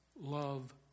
love